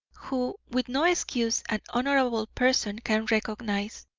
who, with no excuse an honourable person can recognise,